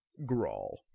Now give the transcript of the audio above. Grawl